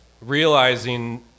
realizing